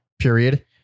period